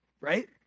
right